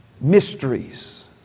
Mysteries